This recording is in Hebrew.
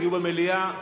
תהיו במליאה.